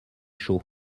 chaud